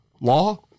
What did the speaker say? law